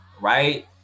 Right